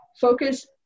focus